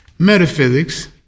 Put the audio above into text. Metaphysics